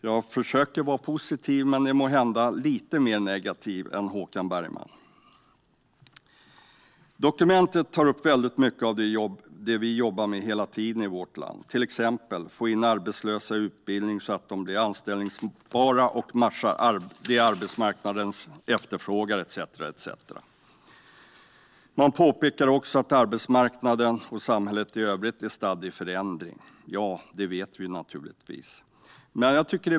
Jag försöker att vara positiv men är måhända lite mer negativ än Håkan Bergman. I dokumentet tar man upp mycket av det som vi jobbar med hela tiden i vårt land, till exempel att få in arbetslösa i utbildning så att de blir anställbara och matchar det som arbetsmarknaden efterfrågar etcetera. Man påpekar också att arbetsmarknaden, och samhället i övrigt, är stadd i förändring. Det vet vi naturligtvis.